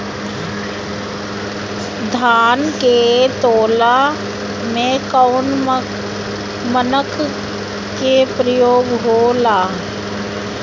धान के तौल में कवन मानक के प्रयोग हो ला?